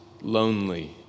lonely